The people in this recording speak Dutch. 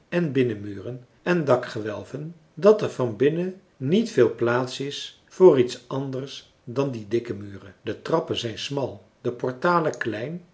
en binnenmuren en dakgewelven dat er van binnen niet veel plaats is voor iets anders dan die dikke muren de trappen zijn smal de portalen klein